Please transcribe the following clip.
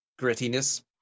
grittiness